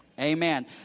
Amen